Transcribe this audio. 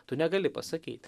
tu negali pasakyt